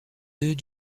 œufs